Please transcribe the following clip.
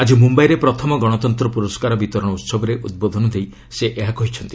ଆଜି ମୁମ୍ଭାଇରେ ପ୍ରଥମ ଗଣତନ୍ତ୍ର ପୁରସ୍କାର ବିତରଣ ଉହବରେ ଉଦ୍ବୋଧନ ଦେଇ ସେ ଏହା କହିଛନ୍ତି